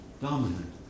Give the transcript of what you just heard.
dominant